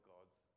God's